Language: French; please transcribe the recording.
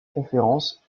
conférences